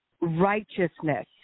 righteousness